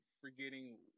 forgetting